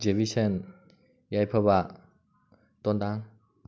ꯖꯦꯕꯤꯁꯟ ꯌꯥꯏꯐꯕ ꯇꯣꯟꯗꯥꯡ